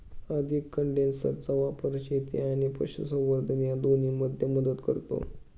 अधिक कंडेन्सरचा वापर शेती आणि पशुसंवर्धन या दोन्हींमध्ये मदत करतो